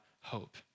hope